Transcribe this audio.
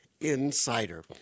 Insider